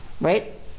Right